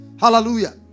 Hallelujah